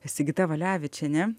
sigita valevičienė